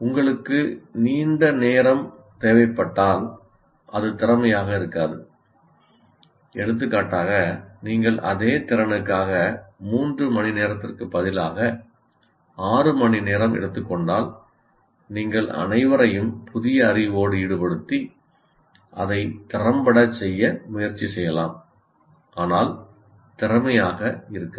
உங்களுக்கு நீண்ட நேரம் தேவைப்பட்டால் அது திறமையாக இருக்காது எடுத்துக்காட்டாக நீங்கள் அதே திறனுக்காக 3 மணி நேரத்திற்குப் பதிலாக 6 மணிநேரம் எடுத்துக் கொண்டால் நீங்கள் அனைவரையும் புதிய அறிவோடு ஈடுபடுத்தி அதை திறம்பட செய்ய முயற்சி செய்யலாம் ஆனால் திறமையாக இருக்காது